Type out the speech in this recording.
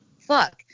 fuck